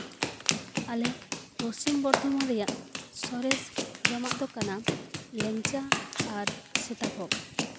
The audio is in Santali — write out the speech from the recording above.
ᱟᱞᱮ ᱯᱚᱪᱷᱤᱢ ᱵᱚᱨᱫᱷᱚᱢᱟᱱ ᱨᱮᱭᱟᱜ ᱥᱚᱨᱮᱥ ᱡᱚᱢᱟᱜ ᱫᱚ ᱠᱟᱱᱟ ᱞᱮᱝᱪᱟ ᱟᱨ ᱥᱤᱛᱟᱵᱷᱳᱜᱽ